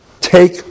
Take